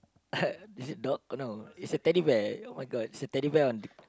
is it dog no it's a Teddy Bear [oh]-my-god it's a Teddy Bear on dig